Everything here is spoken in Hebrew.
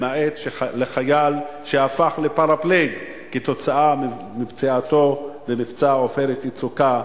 למעט לחייל שהפך לפרפלג כתוצאה מפציעתו במבצע "עופרת יצוקה"